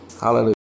Hallelujah